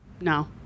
No